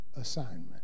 assignment